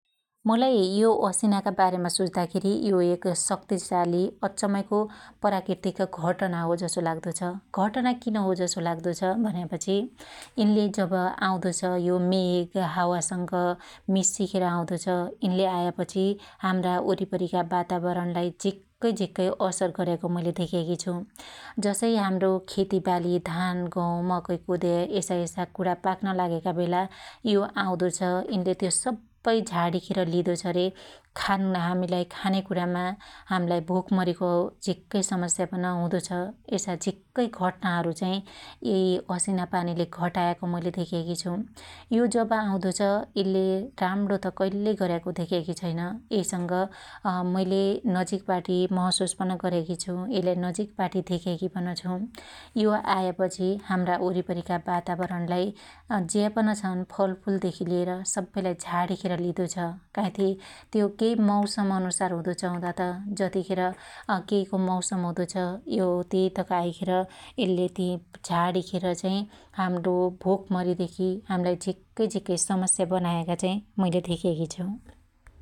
मुलाई यो असिनाका बारेमा सुच्दाखेरी यो एक शक्त्तीशाली अच्चमैको प्राकृतिक घटना हो जसो लाग्दो छ । घटना किन हो जसो लाग्दो छ भन्यापछी यिनले जब आउदो छ यो मेग हावासंग मिस्सिखेर आउदो छ यिनले आयापछि हाम्रा वरीपरीका वातावरणलाई झिक्कै झिक्कै असर गर्याको मुईले धेक्याकी छु । जसै हाम्रो खेतिबालि धान गौउ मकै कोद्या यसायसा कुणा पाक्न लाग्याका बेला यो आउदो छ । यिनले त्यो सप्पै झाणीखेर लिदो छ रे हाम्लाई खान्या कुणामा हाम्लाई भोकमरीको झिक्कै समस्या पन हुदो छ । यसा झिक्कै घटनाहरु चाइ यै असिनापानिले घटायाको मुइले धेक्याकी छु । यो जब आउदो छ यले राम्णो त कइल्यै गर्याको धेक्याकी छैन यैसंग अमुइले नजिकबाटी महशुस पन गर्याकी छु । यैलाई नजिकबाटी धेक्याकी पन छु । यो आयापछी हाम्रा वरीपरीका वातावरणलाई ज्या पन छन फलफुल देखी लिएर सब्बैलाई झाणीखेर लिदो छ । त्यो कै मौसम अनुसार हुदो छ हुदा त जतिखेर अकैको मौसम हुदो छ यो त्यैतक आइखेर एल्लै ति झाणीखेर हाम्रो भोकमरी देखी हाम्लाई झिक्कै झिक्कै समस्या बनायाका चाइ मुईले धेक्याकी छु ।